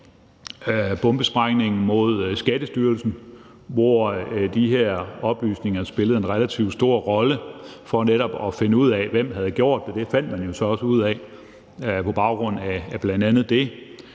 bombesprængningen mod Skattestyrelsen, hvor de her oplysninger spillede en relativt stor rolle for netop at finde ud af, hvem der havde gjort det, og det fandt man jo så også ud af på baggrund af bl.a. det.